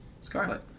Scarlet